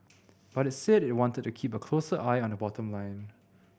but it's said it wanted to keep a closer eye on the bottom line